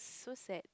so sad